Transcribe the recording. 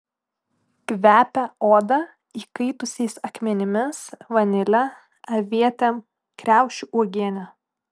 kvepia oda įkaitusiais akmenimis vanile avietėm kriaušių uogiene